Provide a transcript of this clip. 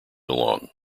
along